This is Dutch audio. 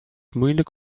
moeilijk